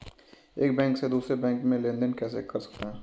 एक बैंक से दूसरे बैंक में लेनदेन कैसे कर सकते हैं?